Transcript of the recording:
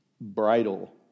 bridle